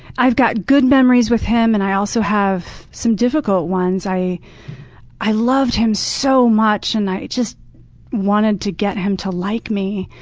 i've got good memories with him, and i also have some difficult ones. i i loved him so much, and i just wanted to get him to like me.